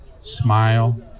smile